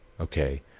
okay